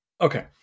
Okay